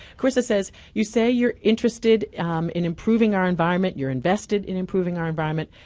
karissa says, you say you're interested in improving our environment, you're invested in improving our environment.